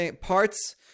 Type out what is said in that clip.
parts